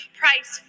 price